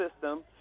system